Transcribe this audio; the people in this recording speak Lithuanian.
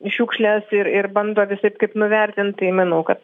šiukšles ir ir bando visaip kaip nuvertint tai manau kad